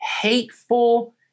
hateful